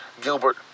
Gilbert